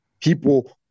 people